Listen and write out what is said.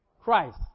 Christ